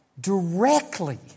directly